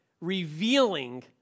revealing